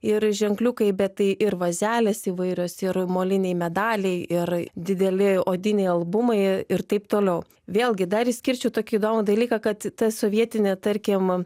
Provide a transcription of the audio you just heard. ir ženkliukai bet tai ir vazelės įvairios ir moliniai medaliai ir dideli odiniai albumai ir taip toliau vėlgi dar išskirčiau tokį įdomų dalyką kad ta sovietinė tarkim